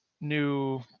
new